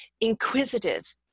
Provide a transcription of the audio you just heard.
inquisitive